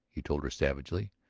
he told her savagely.